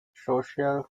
social